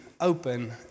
open